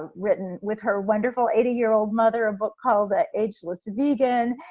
written with her wonderful eighty year old mother a book called the ageless vegan,